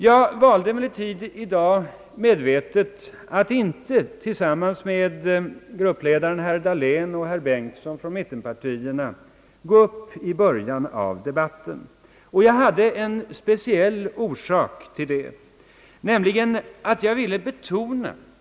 Jag valde emellertid i dag medvetet att inte tillsammans med gruppledarna herr Dahlén och herr Bengtson från mittenpartierna gå upp i början av debatten. Jag hade en speciell orsak till detta.